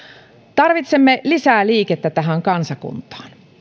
tarvitsemme lisää liikettä tähän kansakuntaan